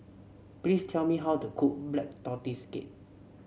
please tell me how to cook Black Tortoise Cake